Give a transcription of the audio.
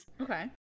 Okay